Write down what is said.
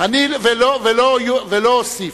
ולא אוסיף.